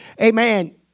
amen